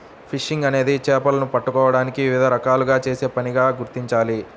fishing అనేది చేపలను పట్టుకోవడానికి వివిధ రకాలుగా చేసే పనిగా గుర్తించాలి